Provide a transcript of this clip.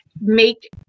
make